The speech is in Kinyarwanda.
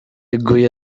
iguye